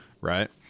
Right